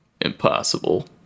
impossible